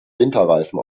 winterreifen